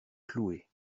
cloué